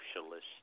socialist